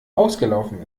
ausgelaufen